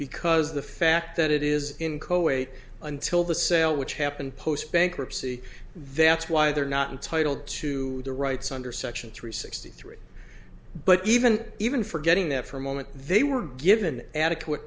because the fact that it is in co wait until the sale which happened post bankruptcy that's why they're not entitled to the rights under section three sixty three but even even forgetting that for a moment they were given adequate